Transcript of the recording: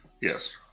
yes